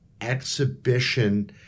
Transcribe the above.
exhibition